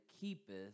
keepeth